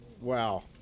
wow